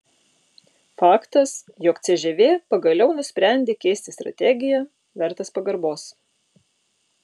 faktas jog cžv pagaliau nusprendė keisti strategiją vertas pagarbos